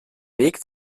weg